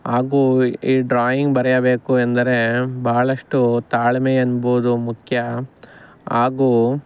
ಹಾಗೂ ಈ ಡ್ರಾಯಿಂಗ್ ಬರೆಯಬೇಕು ಎಂದರೆ ಬಹಳಷ್ಟು ತಾಳ್ಮೆ ಎಂಬುದು ಮುಖ್ಯ ಹಾಗೂ